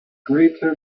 greater